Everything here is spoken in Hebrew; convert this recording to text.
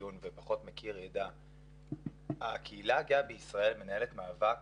בדיון ופחות מכיר ידע שהקהילה הגאה בישראל מנהלת מאבק